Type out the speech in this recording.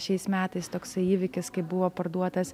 šiais metais toksai įvykis kai buvo parduotas